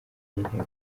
y’inteko